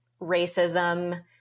racism